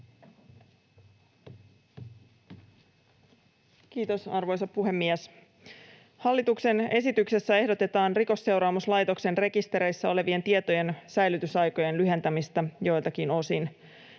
Kiitos, arvoisa puhemies! Hallituksen esityksessä ehdotetaan Rikosseuraamuslaitoksen rekistereissä olevien tietojen säilytysaikojen lyhentämistä joiltakin osin.